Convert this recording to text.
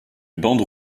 bande